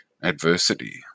adversity